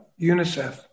UNICEF